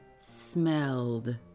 smelled